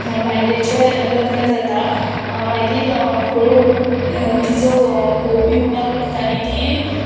बायलेचें लग्न जाता मागीर हळुहळू तिचो घोव पिवपाक लागता आनी ती